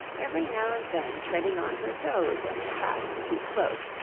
every now and then treading on her toes when they passed too close,